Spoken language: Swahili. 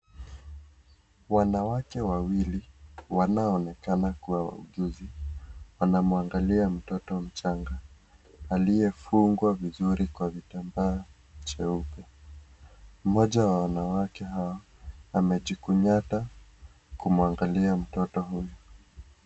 Wanawake wawili wanaoonekana kuwa wauguzi wanamwanaglia mtoto mchanga aliyefungwa vizuri kwa kitambaa cheupe. Mmoja wa wanawake hawa amejikunyata kumwangalia mtoto huyu.